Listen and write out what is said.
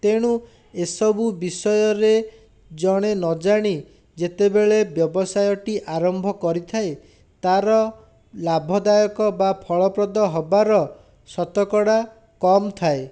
ତେଣୁ ଏସବୁ ବିଷୟରେ ଜଣେ ନ ଜାଣି ଯେତେବେଳେ ବ୍ୟବସାୟଟି ଆରମ୍ଭ କରିଥାଏ ତାର ଲାଭଦାୟକ ବା ଫଳପ୍ରଦ ହେବାର ଶତକଡ଼ା କମ ଥାଏ